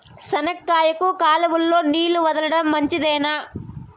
చెనక్కాయకు కాలువలో నీళ్లు వదలడం మంచిదేనా?